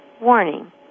warning